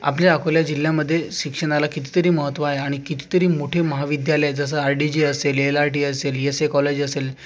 आपल्या अकोला जिल्ह्यामध्ये शिक्षणाला कितीतरी महत्त्व आहे आणि कितीतरी मोठे महाविद्यालये जसं आर डी जी असेल एल आर डि असेल यस ए कॉलेज असेल